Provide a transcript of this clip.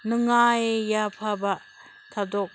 ꯅꯨꯡꯉꯥꯏ ꯌꯥꯏꯐꯕ ꯊꯧꯗꯣꯛ